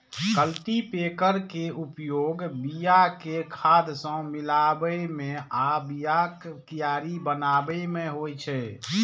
cultipacker के उपयोग बिया कें खाद सं मिलाबै मे आ बियाक कियारी बनाबै मे होइ छै